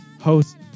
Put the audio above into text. host